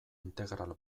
integral